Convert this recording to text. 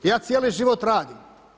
Ja cijeli život radim.